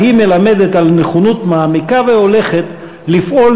אבל היא מלמדת על נכונות מעמיקה והולכת לפעול